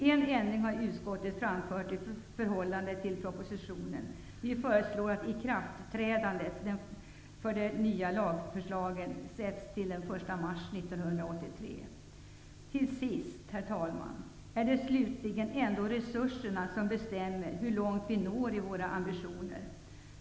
Utskottet har föreslagit en enda ändring i förhållande till propositionen. Vi hemställer att ikraftträdandet av de nya lagförslagen skall ske den Herr talman! Det är slutligen ändå resurserna som bestämmer hur långt vi når i våra ambitioner.